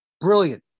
brilliant